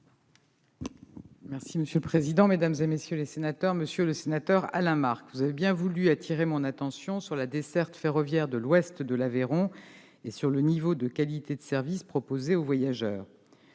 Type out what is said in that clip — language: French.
écologique et solidaire, chargée des transports. Monsieur le sénateur Alain Marc, vous avez bien voulu attirer mon attention sur la desserte ferroviaire de l'ouest de l'Aveyron et sur le niveau de qualité de service proposé aux voyageurs.